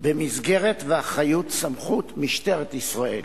במסגרת אחריות וסמכות משטרת ישראל.